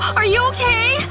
are you okay?